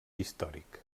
històric